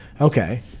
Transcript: okay